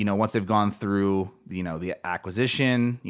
you know once they've gone through you know the acquisition. yeah